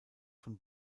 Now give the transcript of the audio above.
von